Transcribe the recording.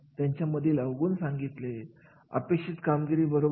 तुम्हाला आठवण येते की अशा ठिकाणी खूप सारी कार्यरत असतात